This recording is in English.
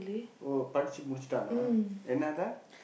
oh படிச்சு முடிச்சுட்டானா என்னாதான்:padichsu mudichsutdaanaa ennaathaan